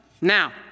Now